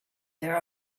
there